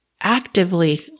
actively